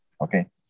okay